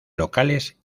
locales